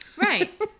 Right